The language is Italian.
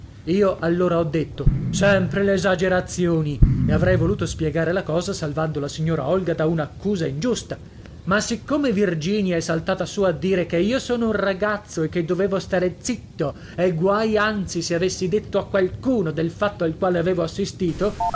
io allora ho detto sempre l'esagerazioni e avrei voluto spiegare la cosa salvando la signora olga da un'accusa ingiusta ma siccome virginia è saltata su a dire che io sono un ragazzo e che dovevo stare zitto e guai anzi se avessi detto a qualcuno del fatto al quale avevo assistito